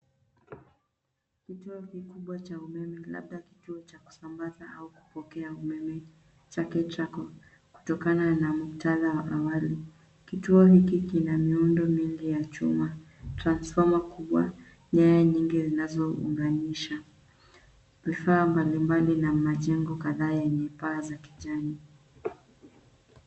Kituo kikubwa cha umeme labda kituo cha kusambaza au kupokea umeme cha KETRACO, kutokana muktadha awali. Kituo hiki kina miundo mingi ya chuma, transfoma kubwa, nyaya nyingi zinazounganisha, vifaa mbalimbali na majengo kadhaa yenye paa za kijani.